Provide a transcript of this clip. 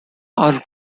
are